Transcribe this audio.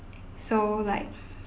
so like